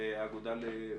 מהר"י.